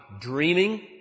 dreaming